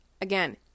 Again